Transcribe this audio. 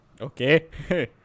Okay